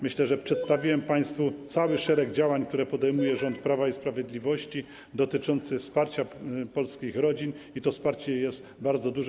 Myślę, że przedstawiłem państwu cały szereg działań, które podejmuje rząd Prawa i Sprawiedliwości, dotyczących wsparcia polskich rodzin, i to wsparcie jest bardzo duże.